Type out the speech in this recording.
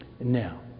Now